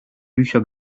bücher